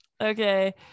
okay